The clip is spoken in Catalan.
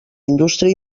indústria